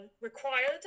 Required